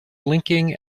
blinking